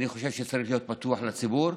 ואני חושב שצריך להיות פתוח לציבור.